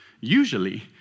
Usually